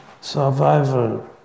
survival